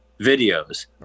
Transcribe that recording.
videos